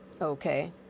okay